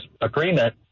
agreement